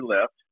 left